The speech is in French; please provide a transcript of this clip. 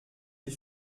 des